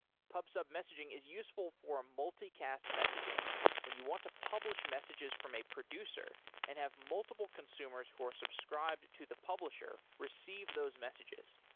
pub-sub messaging is useful for multicast messaging when you want to publish messages from a producer and have multiple consumers who are subscribed to the publisher receive those messages.